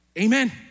Amen